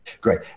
great